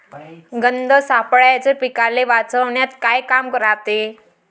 गंध सापळ्याचं पीकाले वाचवन्यात का काम रायते?